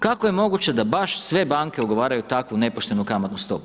Kako je moguće da baš sve banke ugovaraju takvu nepoštenu kamatnu stopu?